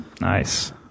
Nice